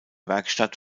werkstatt